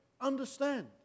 understand